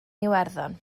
iwerddon